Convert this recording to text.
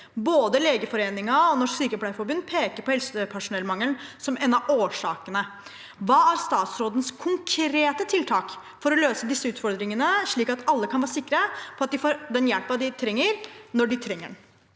Både Legeforeningen og Norsk Sykepleierforbund peker på helsepersonellmangelen som en av årsakene. Hva er statsrådens konkrete tiltak for å løse disse utfordringene slik at alle kan være sikre på at de får den helsehjelpen de trenger, når de trenger den?»